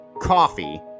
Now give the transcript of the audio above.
coffee